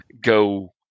go